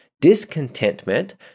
discontentment